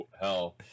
hell